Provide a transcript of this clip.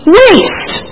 waste